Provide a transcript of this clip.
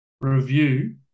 review